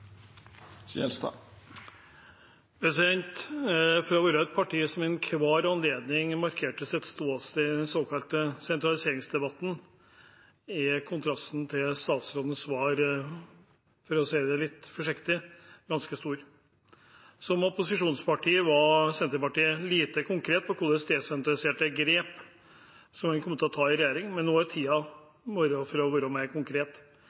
å være et parti som ved enhver anledning markerte sitt ståsted i den såkalte sentraliseringsdebatten, er kontrasten til statsrådens svar – for å si det litt forsiktig – ganske stor. Som opposisjonsparti var Senterpartiet lite konkret på hvilke desentraliserte grep en kom til å ta i regjering, men nå er tiden kommet for å være mer konkret.